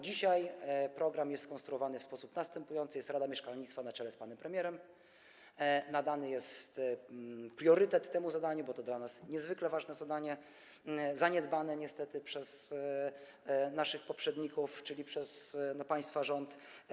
Dzisiaj program jest skonstruowany w sposób następujący: jest Rada Mieszkalnictwa na czele z panem premierem i nadany jest priorytet temu zadaniu, bo to dla nas niezwykle ważne zadanie, zaniedbane niestety przez naszych poprzedników, czyli przez państwa rząd.